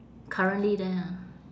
currently there ah